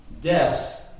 Deaths